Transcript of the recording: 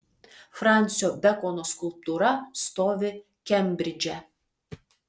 fransio bekono skulptūra stovi kembridže